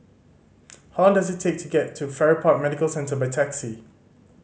how long does it take to get to Farrer Park Medical Centre by taxi